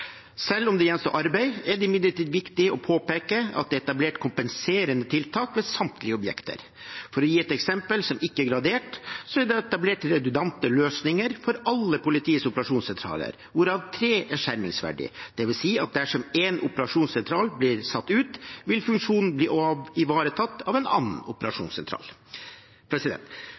Selv om det gjenstår arbeid, er det imidlertid viktig å påpeke at det er etablert kompenserende tiltak ved samtlige objekter. For å gi et eksempel som ikke er gradert, er det etablert redundante løsninger for alle politiets operasjonssentraler, hvorav tre er skjermingsverdige. Det vil si at dersom én operasjonssentral blir satt ut, vil funksjonen bli ivaretatt av en annen operasjonssentral.